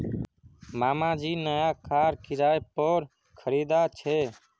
मामा जी नया कार किराय पोर खरीदा छे